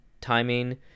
timing